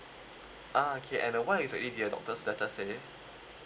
ah okay and uh what exactly did the doctor's letter say